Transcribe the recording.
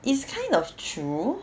it's kind of true